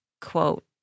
quote